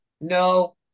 no